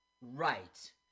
Right